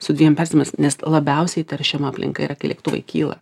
su dviem persėdimais nes labiausiai teršiama aplinka yra kai lėktuvai kyla